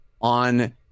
on